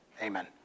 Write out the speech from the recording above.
Amen